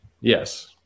Yes